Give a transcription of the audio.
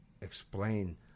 explain